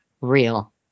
real